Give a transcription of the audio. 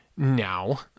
Now